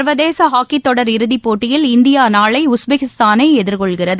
சர்வதேச ஹாக்கித்தொடர் இறுதிப்போட்டியில் இந்தியா நாளை உஸ்பெகிஸ்தானை எதிர்கொள்கிறது